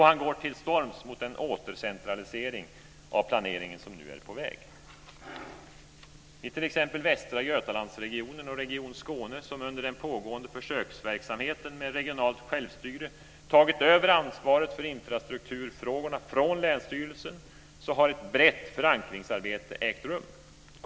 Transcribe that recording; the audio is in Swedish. Han går till storms mot den återcentralisering av planeringen som nu är på väg. I t.ex. Västra Götalandsregionen och Region Skåne, som under den pågående försöksverksamheten med regionalt självstyre tagit över ansvaret för infrastrukturfrågorna från länsstyrelsen, har ett brett förankringsarbete ägt rum.